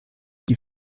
die